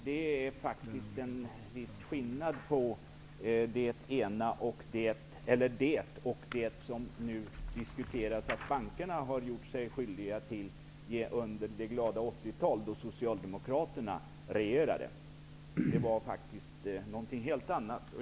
Det är faktiskt en viss skillnad mellan penningtvätt och det som bankerna gjorde sig skyldiga till under det glada 80-talet, då Socialdemokraterna regerade. Det var faktiskt någonting helt annat.